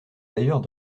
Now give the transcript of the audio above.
d’ailleurs